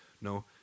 No